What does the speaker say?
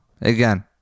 again